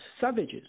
savages